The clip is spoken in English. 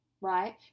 right